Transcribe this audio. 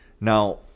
Now